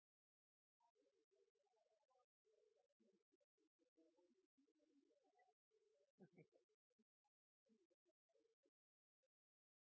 måte.